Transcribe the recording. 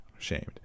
ashamed